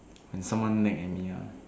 when someone nag at me ah